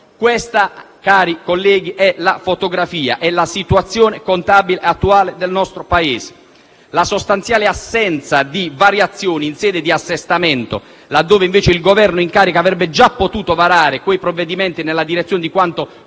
Questa, cari colleghi, è la fotografia della situazione contabile attuale del nostro Paese. La sostanziale assenza di variazioni in sede di assestamento, laddove invece il Governo in carica avrebbe già potuto varare dei provvedimenti nella direzione di quanto propagandato